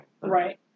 Right